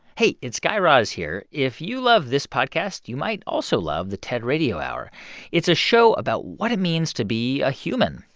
hey. it's guy raz here. if you love this podcast, you might also love the ted radio it's a show about what it means to be a human.